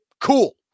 cool